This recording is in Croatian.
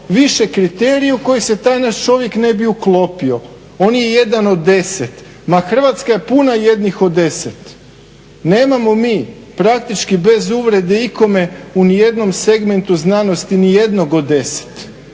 više kriterij u koji se taj naš čovjek ne bi uklopio. On je jedan od 10. Ma Hrvatska je puna jednih od 10. Nemamo mi praktički, bez uvrede ikome, u nijednom segmentu znanosti nijednog od 10,